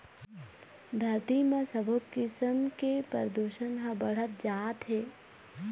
धरती म सबो किसम के परदूसन ह बाढ़त जात हे